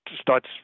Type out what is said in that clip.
starts